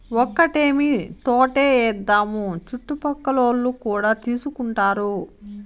ఒక్కటేమీ తోటే ఏద్దాము చుట్టుపక్కలోల్లు కూడా తీసుకుంటారు